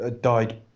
died